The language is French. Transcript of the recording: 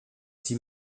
six